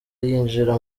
yinjira